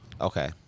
Okay